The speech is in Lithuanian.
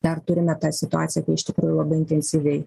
dar turime tą situaciją kai iš tikrųjų labai intensyviai